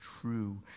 true